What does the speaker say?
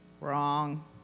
Wrong